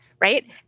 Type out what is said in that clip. right